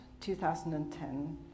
2010